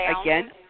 again